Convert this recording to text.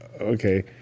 okay